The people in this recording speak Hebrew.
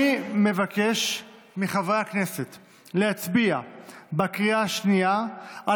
אני מבקש מחברי הכנסת להצביע בקריאה השנייה על